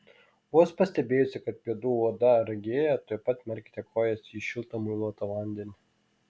vos pastebėjusi kad pėdų oda ragėja tuoj pat merkite kojas į šiltą muiluotą vandenį